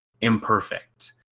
imperfect